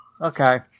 Okay